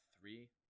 three